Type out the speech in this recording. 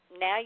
now